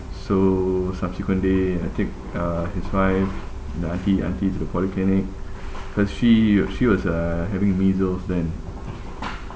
so subsequent day I take uh his wife the auntie auntie to the polyclinic cause she she was uh having measles then